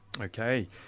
Okay